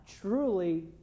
truly